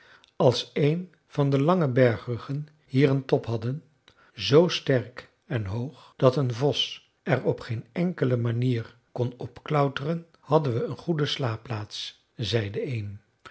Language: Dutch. als een van de lange bergruggen hier een top hadden z sterk en hoog dat een vos er op geen enkele manier kon opklauteren hadden we een goede slaapplaats zei de een